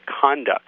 conduct